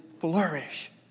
flourish